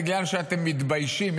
בגלל שאתם מתביישים,